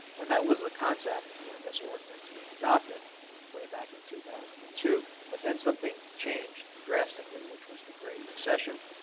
and that was the concept concept when this ordinance was adopted way back in two thousand and two. but then something changed drastically, which was the great recession.